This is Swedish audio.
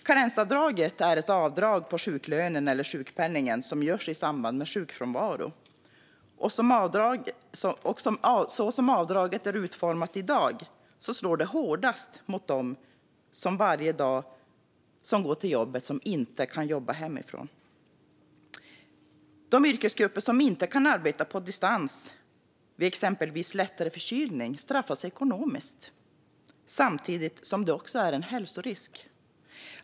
Karensavdraget är ett avdrag på sjuklönen eller sjukpenningen som görs i samband med sjukfrånvaro. Som avdraget är utformat i dag slår det hårdast mot dem som varje dag går till jobbet och inte kan jobba hemifrån. De yrkesgrupper som inte kan arbeta på distans vid exempelvis lättare förkylning straffas ekonomiskt, samtidigt som det också är en hälsorisk.